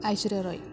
Aishwarya Rai